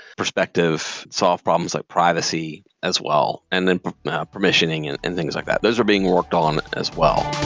perspective, solve problems like privacy as well and then permissioning and and things like that. those are being worked on as well.